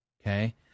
Okay